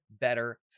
better